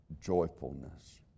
joyfulness